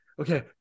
okay